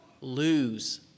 lose